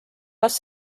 kas